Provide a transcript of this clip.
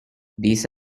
these